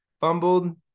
fumbled